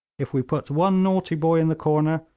if we put one naughty boy in the corner,